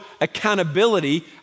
accountability